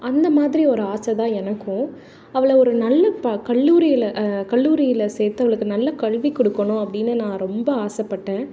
அந்த மாதிரி ஒரு ஆசைதான் எனக்கும் அவலை ஒரு நல்ல ப கல்லூரியில் கல்லூரியில் சேர்த்து அவளுக்கு நல்ல கல்வி கொடுக்கணும் அப்படின்னு நான் ரொம்ப ஆசைப்பட்டேன்